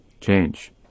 Change